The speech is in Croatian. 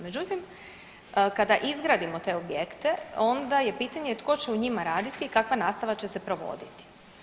Međutim, kada izgradimo te objekte onda je pitanje tko će u njima raditi i kakva nastava će se provoditi.